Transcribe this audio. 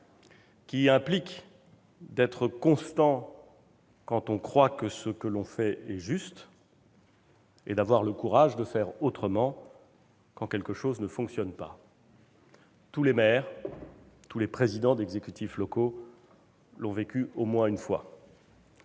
qui implique d'être constant quand on croit que ce que l'on fait est juste et d'avoir le courage de faire autrement quand quelque chose ne fonctionne pas. Tous les maires, tous les présidents d'exécutifs locaux l'ont vécu au moins une fois.